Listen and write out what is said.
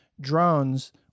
drones